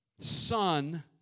Son